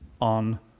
on